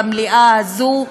במליאה הזאת,